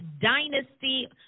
Dynasty